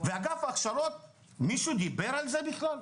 ובאגף ההכשרות דברו על זה בכלל?